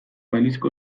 balizko